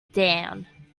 down